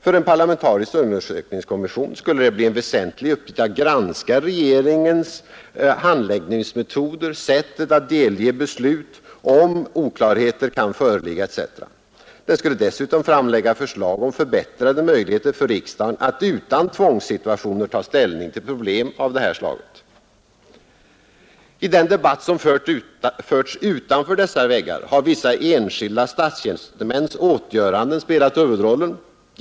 För en parlamentarisk undersökningskommission skulle det bli en väsentlig uppgift att granska regeringens handläggningsmetoder och sätt att delge beslut, om oklarheter kan föreligga etc. Den skulle dessutom framlägga förslag om förbättrade möjligheter för riksdagen att utan tvångssituationer ta ställning till problem av detta slag. I den debatt som förts utanför dessa väggar har vissa enskilda statstjänstemäns åtgöranden spelat huvudrollen.